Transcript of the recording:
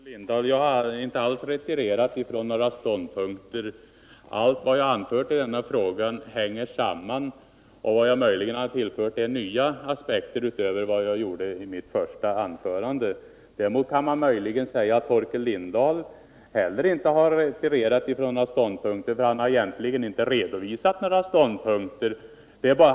Herr talman! Nej, Torkel Lindahl, jag har inte alls retirerat från några ståndpunkter. Allt jag anfört i denna fråga hänger samman. Möjligen har jag nu anlagt en del nya aspekter på frågan utöver dem jag anlade i mitt första anförande. Däremot skulle man kunna säga att Torkel Lindahl inte har retirerat från några ståndpunkter, för han har egentligen inte redovisat några sådana.